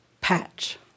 patch